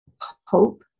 hope